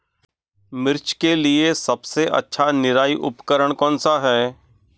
मिर्च के लिए सबसे अच्छा निराई उपकरण कौनसा है?